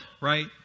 right